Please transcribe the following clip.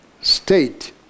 state